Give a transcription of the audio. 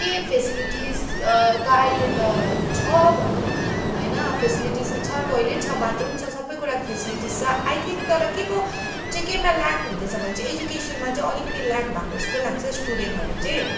के फेसिलिटिस त अहिले त छ भनौँ होइन फेसिलिटिस त छ टोयलेट छ बाथरुम छ सबै कुराको फेसिलिटिस छ आई थिङ्क तर केको के केमा लागुहुँदैछ भने चाहिँ एजुकेसनमा चाहिँ अलिकति लागु भएको जस्तै लाग्छ स्टुडेन्टहरू चाहिँ